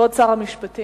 כבוד שר המשפטים